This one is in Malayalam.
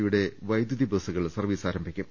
സിയുടെ വൈദ്യുതി ബസുകൾ സർവീസ് ആരംഭിക്കും